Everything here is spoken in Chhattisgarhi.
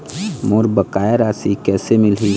मोर बकाया राशि कैसे मिलही?